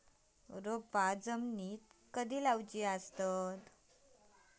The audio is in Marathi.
रोपे जमिनीमदि कधी लाऊची लागता?